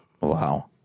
Wow